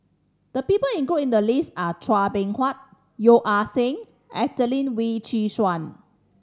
the people included in the list are Chua Beng Huat Yeo Ah Seng Adelene Wee Chin Suan